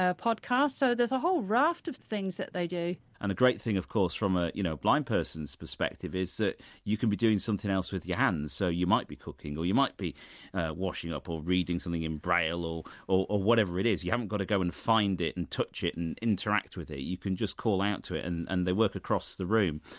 ah podcasts so there's a whole raft of things that they do and the great thing of course from a you know blind person's perspective is that you can be doing something else with your hands, so you might be cooking or you might be washing up or reading something in braille or or whatever it is, you haven't got to go and find it and touch it and interact with it, you can just call out to it and and they work across the room.